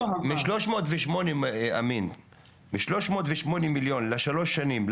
משלוש מאות ושמונה מיליון לשלוש שנים,